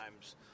times